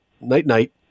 night-night